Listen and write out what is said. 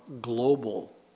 global